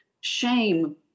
shame